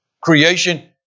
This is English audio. creation